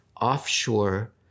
offshore